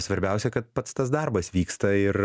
svarbiausia kad pats tas darbas vyksta ir